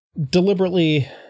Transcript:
deliberately